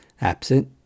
absent